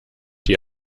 die